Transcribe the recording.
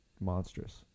monstrous